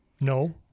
No